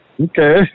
Okay